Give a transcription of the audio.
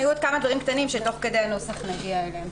היו עוד כמה דברים קטנים שתוך כדי הנוסח נגיע אליהם.